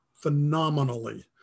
phenomenally